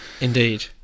Indeed